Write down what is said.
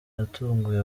yatunguye